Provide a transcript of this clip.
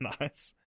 Nice